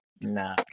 Nah